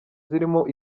zirimo